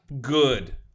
good